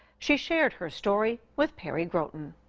she shared her story with perry groten.